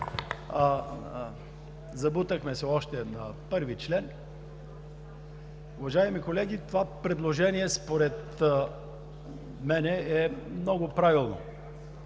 забутахме още на първи член. Уважаеми колеги, това предложение, според мен, е много правилно